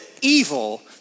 evil